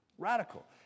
Radical